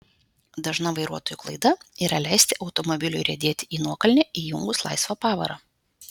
dažna vairuotojų klaida yra leisti automobiliui riedėti į nuokalnę įjungus laisvą pavarą